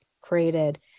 created